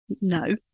no